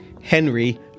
Henry